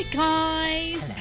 guys